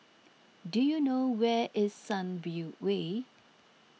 do you know where is Sunview Way